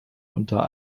unter